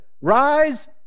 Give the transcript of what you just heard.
rise